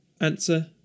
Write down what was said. Answer